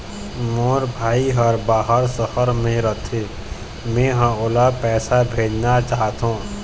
मोर भाई हर बाहर शहर में रथे, मै ह ओला पैसा भेजना चाहथों